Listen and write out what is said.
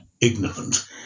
ignorant